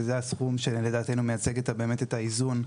וזה והסכום שלדעתנו מייצג את האיזון.